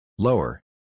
Lower